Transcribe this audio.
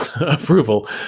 approval